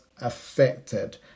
affected